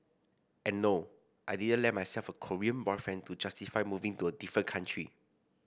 and no I didn't land myself a Korean boyfriend to justify moving to a different country